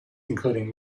including